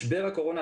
משבר הקורונה,